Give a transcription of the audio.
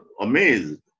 amazed